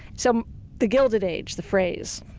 so the gilded age the phrase,